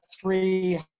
three